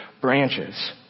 branches